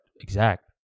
exact